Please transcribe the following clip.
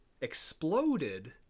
exploded